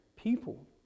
people